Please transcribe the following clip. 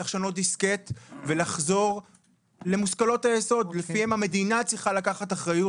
צריך לשנות ולחזור למושכלות היסוד לפיהם המדינה צריכה לקחת אחריות.